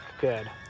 good